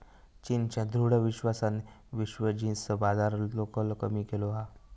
चीनच्या दृढ विश्वासान विश्व जींस बाजारातलो कल कमी केलो हा